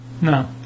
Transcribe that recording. No